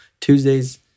Tuesdays